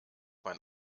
mein